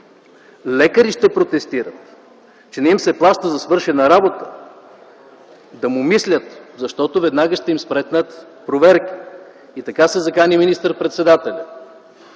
Лекари ще протестират, че не им се плаща за свършена работа?! Да му мислят, защото веднага ще им спретнат проверки. Така се закани министър-председателят.